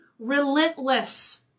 Relentless